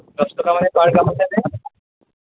দহ টকা মানে পাৰ গামোচা নে